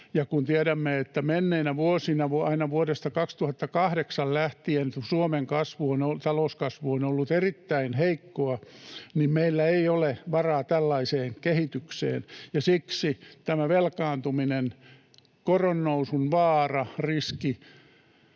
ja kun tiedämme, että menneinä vuosina aina vuodesta 2008 lähtien Suomen talouskasvu on ollut erittäin heikkoa, niin meillä ei ole varaa tällaiseen kehitykseen. Siksi tämä velkaantuminen, koronnousun vaara, riski